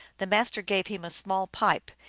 the master gave him a small pipe,